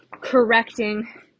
correcting